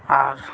ᱟᱨ